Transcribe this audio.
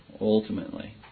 ultimately